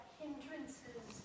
hindrances